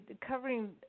covering